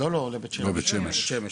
לבית שמש,